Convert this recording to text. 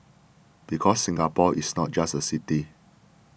because Singapore is not just a city